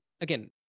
again